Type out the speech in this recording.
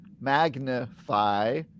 magnify